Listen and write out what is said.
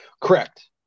Correct